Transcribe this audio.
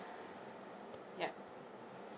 yeah